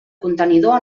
contenidor